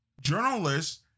journalists